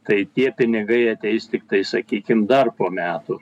kai tie pinigai ateis tiktai sakykime dar po metų